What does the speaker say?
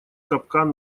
капкан